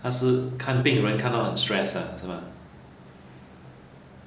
她是看病人看到很 stress ah 是吗